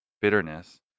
bitterness